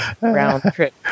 round-trip